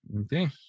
Okay